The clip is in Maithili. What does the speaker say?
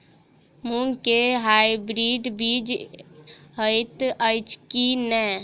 मूँग केँ हाइब्रिड बीज हएत अछि की नै?